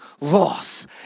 loss